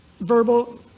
verbal